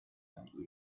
unusual